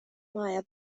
maya